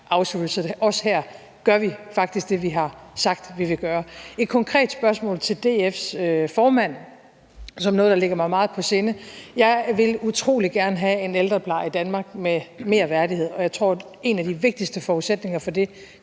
også her gør vi faktisk det, vi har sagt vi vil gøre. Jeg har et konkret spørgsmål til DF's formand, og det er noget, der ligger mig meget på sinde. Jeg vil utrolig gerne have en ældrepleje i Danmark med mere værdighed, og jeg tror, at en af de vigtigste forudsætninger for det